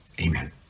Amen